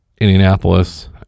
indianapolis